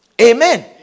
Amen